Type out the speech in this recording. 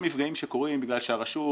המפגעים שקורים, בגלל שהרשות,